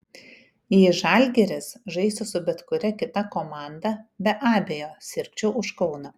jei žalgiris žaistų su bet kuria kita komanda be abejo sirgčiau už kauną